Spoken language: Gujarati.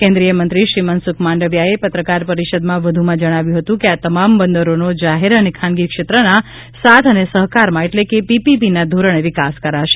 કેન્દ્રીય મંત્રી શ્રી મનસુખ માંડવીયાએ પત્રકાર પરિષદમાં વધુમાં જણાવ્યું હતું કે આ તમામ બંદરોનો જાહેર અને ખાનગી ક્ષેત્રના સાથ અને સહકારમાં એટલે કે પીપીપીના ધોરણે વિકાસ કરાશે